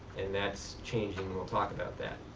and that's changed and we will talk about that.